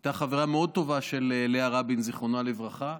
הייתה חברה מאוד טובה של לאה רבין, זיכרונה לברכה,